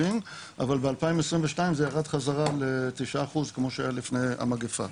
אבל ב-2022 זה ירד חזרה ל-9% כמו שהיה לפני המגיפה.